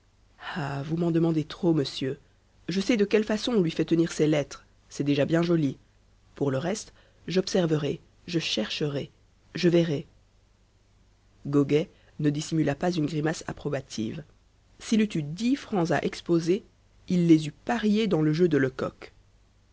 ah vous m'en demandez trop monsieur je sais de quelle façon on lui fait tenir ses lettres c'est déjà bien joli pour le reste j'observerai je chercherai je verrai goguet ne dissimula pas une grimace approbative s'il eût eu dix francs à exposer il les eût pariés dans le jeu de lecoq